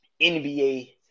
NBA